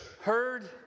heard